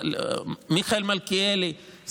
מיכאל מלכיאלי,